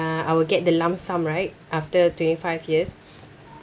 I will get the lump sum right after twenty five years